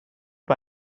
bei